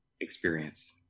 experience